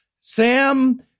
Sam